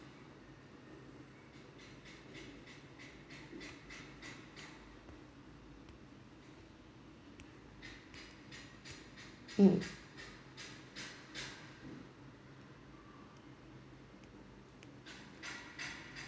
mm